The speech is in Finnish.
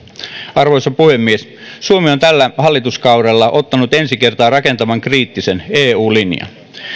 arvoisa puhemies suomi on tällä hallituskaudella ottanut ensi kertaa rakentavan kriittisen eu linjan